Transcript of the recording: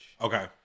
Okay